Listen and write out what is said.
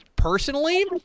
personally